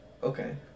Okay